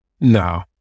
no